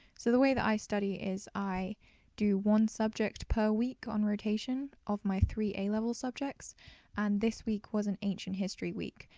so way that i study is i do one subject per week on rotation of my three a-level subjects and this week was an ancient history week.